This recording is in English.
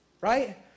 Right